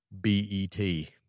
B-E-T